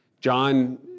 John